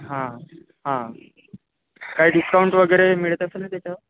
हा हा काही डिस्काउंट वगैरे मिळत असेल न त्याच्यावर